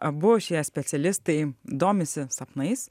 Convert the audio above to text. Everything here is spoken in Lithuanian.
abu šie specialistai domisi sapnais